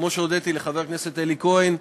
כמו שהודיתי לחבר הכנסת אלי כהן,